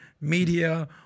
media